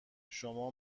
شما